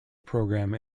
programme